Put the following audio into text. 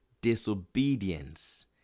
disobedience